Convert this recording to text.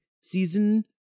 season